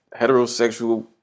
heterosexual